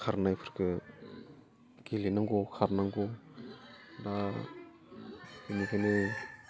खारनायफोरखौ गेलेनांगौ खारनांगौ दा बेनिखायनो